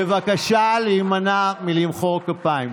בבקשה להימנע מלמחוא כפיים.